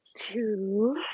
Two